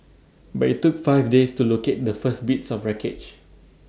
but IT took five days to locate the first bits of wreckage